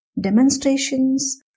Demonstrations